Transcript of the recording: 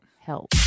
help